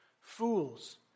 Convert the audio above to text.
Fools